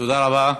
תודה רבה.